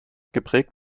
geprägt